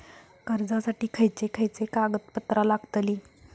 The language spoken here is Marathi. कर्जासाठी खयचे खयचे कागदपत्रा लागतली?